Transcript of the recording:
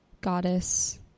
goddess